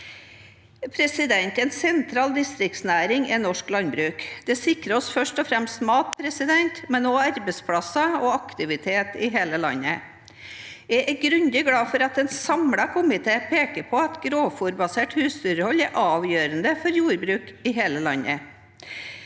En sentral distriktsnæring er norsk landbruk. Den sikrer oss først og fremst mat, men også arbeidsplasser og aktivitet i hele landet. Jeg er grundig glad for at en samlet komité peker på at grovfôrbasert husdyrhold er avgjørende for jordbruk i hele landet,